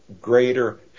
greater